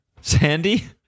Sandy